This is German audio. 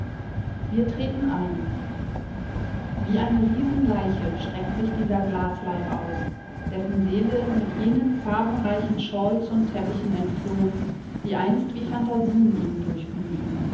wir treten ein wie eine riesenleiche streckt sich dieser glasleib aus dessen seele mit jenen farbenreichen shawls und teppichen entflohn die einst wie phantasien ihn